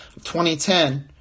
2010